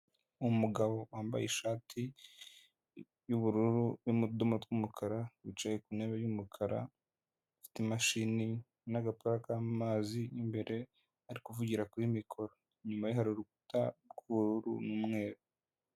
Umugabo wambaye ishati y'ubururu irimo utudoma tw'umukara wicaye ku ntebe y'umukara afite imashini n'agapara k'amazi imbere, ari kuvugira kuri mikoro, inyuma ye hari urukuta rw'ubururu n'umweru.